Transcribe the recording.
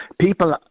people